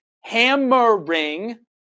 hammering